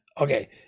okay